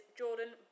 jordan